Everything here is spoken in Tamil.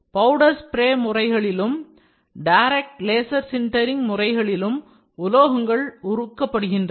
பவுடர் ஸ்பிரே முறைகளிலும் டைரக்ட் லேசர் சின்டரிங் முறைகளிலும் உலோகங்கள் உருக்கப்படுகின்றன